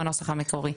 שהוא הנוסח המקורי.